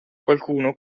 qualcuno